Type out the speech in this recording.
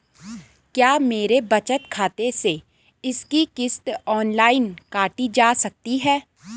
क्या मेरे बचत खाते से इसकी किश्त ऑनलाइन काटी जा सकती है?